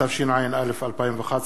התשע"א 2011,